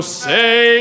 say